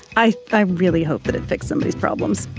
i i really hope that it fix some of these problems.